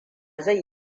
zai